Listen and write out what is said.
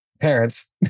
parents